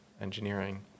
engineering